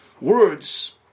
Words